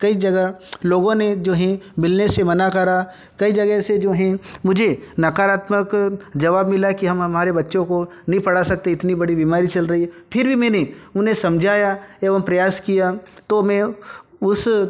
कई जगह लोगों ने जो हैं मिलने से मना करा कई जगह से जो हैं मुझे नकारात्मक जवाब मिला कि हम हमारे बच्चों को नहीं पढ़ा सकते इतनी बड़ी बीमारी चल रही है फिर भी मैंने उन्हें समझाया एवम प्रयास किया तो मैं उस